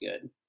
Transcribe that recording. good